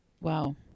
Wow